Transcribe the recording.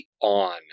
on